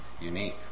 unique